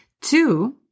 Two